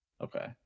Okay